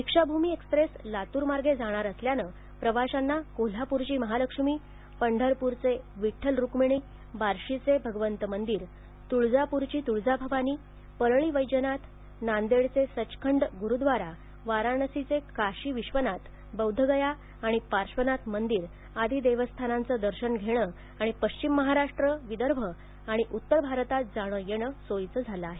Deekshabhoomi express लातूरमार्गे जाणार असल्याने प्रवाशांना कोल्हापूरची महालक्ष्मी पंढरपूरचे विठ्ठल रुक्मिणी बार्शीचे भगवंत मंदिर तुळजापूरची तुळजाभवानी परळी वैजनाथ नांदेडचे सचखंड गुरुद्वारा वाराणसीचे काशी विशवनाथ बौध्दगया आणि पार्श्वनाथ मंदिर आदी देवस्थानांचं दर्शन घेणं आणि पश्चिम महाराष्ट्र विदर्भ आणि उत्तर भारतात जाणं येणं सोयीचं झालं आहे